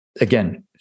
again